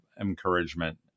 encouragement